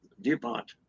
DuPont